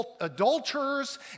adulterers